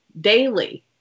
daily